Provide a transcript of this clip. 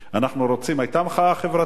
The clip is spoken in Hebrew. היתה מחאה חברתית.